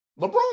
lebron